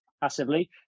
passively